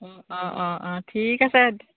অঁ অঁ অঁ ঠিক আছে